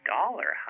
dollar